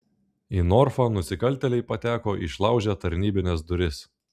į norfą nusikaltėliai pateko išlaužę tarnybines duris